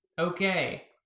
Okay